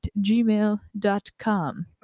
gmail.com